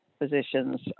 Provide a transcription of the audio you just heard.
physicians